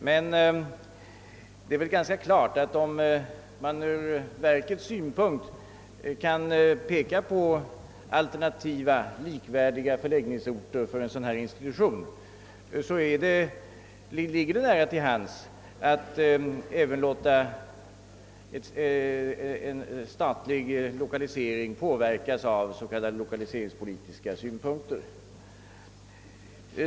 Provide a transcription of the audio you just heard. Men det är ganska klart, att om verket kan peka på alternativa likvärdiga förläggningsorter, så ligger det nära till hands att låta även en statlig lokalisering påverkas av s.k. lokaliseringspolitiska synpunkter.